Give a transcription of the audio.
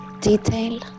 detail